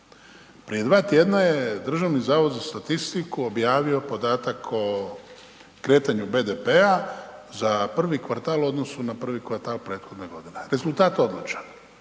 Prije 2 tj. je Državni zavod za statistiku objavio podatak o kretanju BDP-a za prvi kvartal u odnosu na prvi kvartal prethodne godine, rezultat odličan.